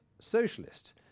socialist